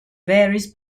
varies